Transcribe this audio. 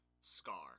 Scar